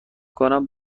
کنم